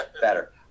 better